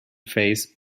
phase